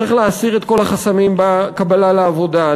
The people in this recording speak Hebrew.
צריך להסיר את כל החסמים בקבלה לעבודה,